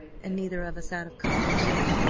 and neither of us out of college yet,